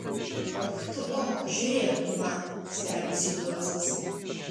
och tu och žiūrėk tu man stebisi juozas